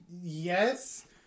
yes